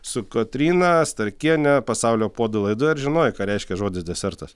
su kotryna starkiene pasaulio puodai laidoje ar žinojai ką reiškia žodis desertas